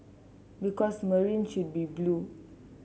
because Marine should be blue